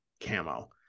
camo